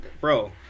Bro